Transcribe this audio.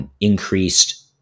increased